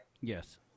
Yes